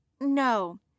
no